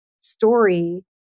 story